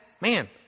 man